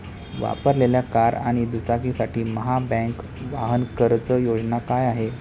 वापरलेल्या कार आणि दुचाकीसाठी महाबँक वाहन कर्ज योजना काय आहे?